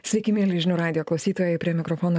sveiki mieli žinių radijo klausytojai prie mikrofono